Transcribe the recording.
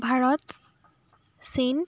ভাৰত চীন